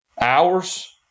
hours